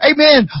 Amen